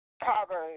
Proverbs